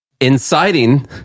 inciting